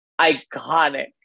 Iconic